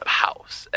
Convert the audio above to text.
house